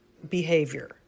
Behavior